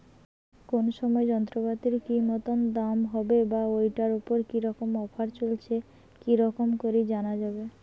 কোন সময় যন্ত্রপাতির কি মতন দাম হবে বা ঐটার উপর কি রকম অফার চলছে কি রকম করি জানা যাবে?